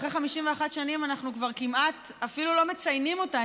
אחרי 51 שנים אנחנו כבר כמעט אפילו לא מציינים אותה,